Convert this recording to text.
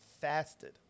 fasted